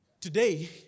Today